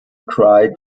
cried